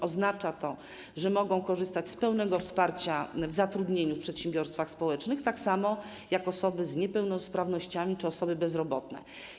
Oznacza to, że mogą korzystać z pełnego wsparcia w zatrudnieniu w przedsiębiorstwach społecznych, tak samo jak osoby z niepełnosprawnościami czy osoby bezrobotne.